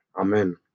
Amen